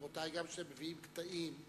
רבותי, גם כשאתם מביאים קטעים,